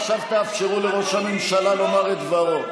עכשיו תאפשרו לראש הממשלה לומר את דברו.